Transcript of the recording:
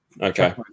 okay